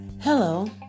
Hello